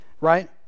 right